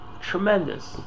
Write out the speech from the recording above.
tremendous